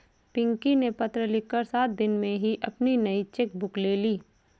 पिंकी ने पत्र लिखकर सात दिन में ही अपनी नयी चेक बुक ले ली